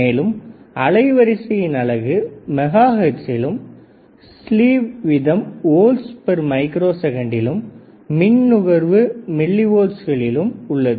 மேலும் அலைவரிசையின் அலகு மெகா ஹெர்ட்ஸிலும் ஸ்லேவ் வீதம் வோல்ட்ஸ்மைக்ரோ செகண்ட்ளிலும் மின் நுகர்வு மில்லி வோல்ட்ஸ்களிலும் உள்ளது